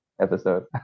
Episode